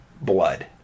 blood